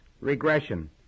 regression